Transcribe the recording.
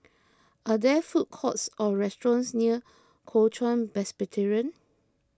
are there food courts or restaurants near Kuo Chuan Presbyterian